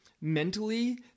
mentally